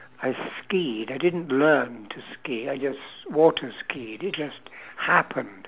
I skied I didn't learn to ski I just water skied it just happened